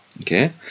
okay